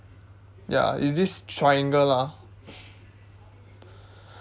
ya is this triangle lah